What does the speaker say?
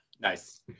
nice